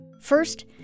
First